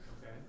okay